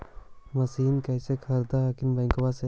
मसिनमा कैसे खरीदे हखिन बैंकबा से?